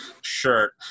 shirt